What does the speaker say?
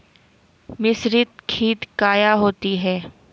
मिसरीत खित काया होती है?